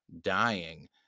dying